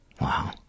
wow